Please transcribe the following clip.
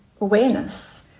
awareness